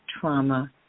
trauma